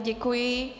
Děkuji.